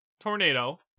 Tornado